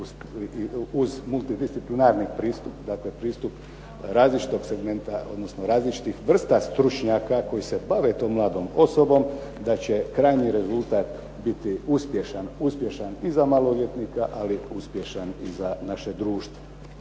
uz multidisciplinarni pristup, dakle pristup različitog segmenta, odnosno različitih vrsta stručnjaka koji se bave tom mladom osobom, da će krajnji rezultat biti uspješan. Uspješan i za maloljetnika, ali i uspješan i za naše društvo.